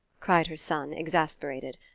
cried her son, exasperated.